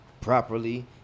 properly